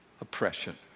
oppression